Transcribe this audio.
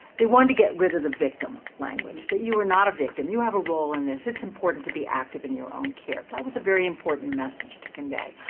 they wanted to get rid of the victim language that you are not a victim. you have a role in this. it's important to be active in your own care. that was a very important message to convey.